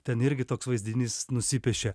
ten irgi toks vaizdinys nusipiešia